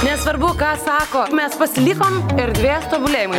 nesvarbu ką sako mes pasilikom erdvės tobulėjimui